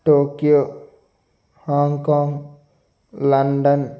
Tokyo Hong Kong London